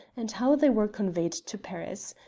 and how they were conveyed to paris.